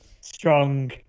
strong